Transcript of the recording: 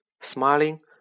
smiling